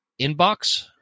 inbox